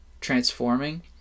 transforming